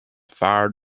fire